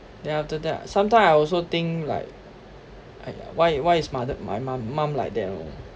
then after that sometime I also think like why why is mother my my mum like that orh